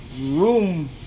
room